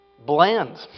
Bland